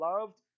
loved